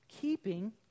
Keeping